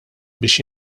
biex